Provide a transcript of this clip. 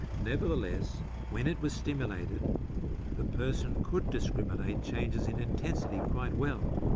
nevertheless, when it was stimulated the person could discriminate changes in intensity quite well,